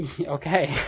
Okay